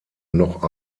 noch